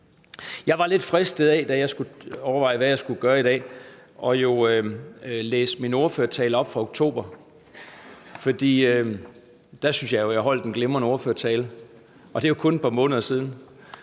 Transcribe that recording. Jeg var lidt fristet af – da jeg overvejede, hvad jeg skulle gøre i dag – at læse min ordførertale fra oktober op, for der synes jeg at jeg holdt en glimrende ordførertale, og det er kun et par måneder siden.